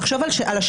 תחשוב על השמות.